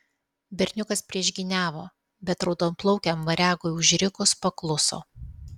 berniukas priešgyniavo bet raudonplaukiam variagui užrikus pakluso